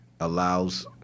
Allows